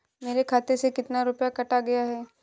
मेरे खाते से कितना रुपया काटा गया है?